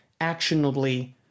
actionably